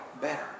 better